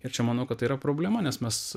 ir čia manau kad tai yra problema nes mes